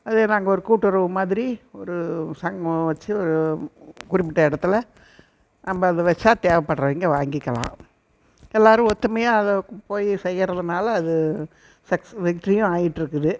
அது நாங்கள் ஒரு கூட்டுறவு மாதிரி ஒரு சங்கம் வைச்சு ஒரு குறிப்பிட்ட இடத்துல நம்ப அதை வைச்சா தேவைப்பட்றவங்க வாங்கிக்கலாம் எல்லோரும் ஒற்றுமையா அதை போய் செய்யறதினால அது சக்ஸ் வெற்றியும் ஆயிகிட்ருக்குது